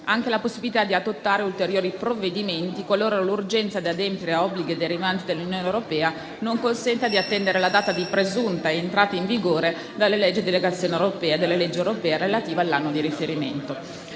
anche la possibilità di adottare ulteriori provvedimenti qualora l'urgenza di adempiere a obblighi derivanti dall'Unione europea non consenta di attendere la data di presunta entrata in vigore della legge di delegazione europea e della legge europea relativa all'anno di riferimento.